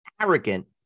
arrogant